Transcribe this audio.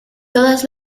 todas